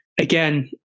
again